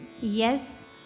Yes